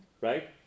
right